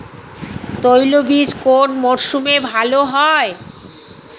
তৈলবীজ কোন মরশুমে ভাল হয়?